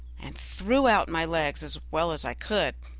and threw out my legs as well as i could,